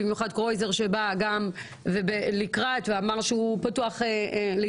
במיוחד כשגם קרויזר בא לקראת ואמר שהוא פתוח להידברות,